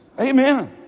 Amen